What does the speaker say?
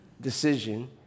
decision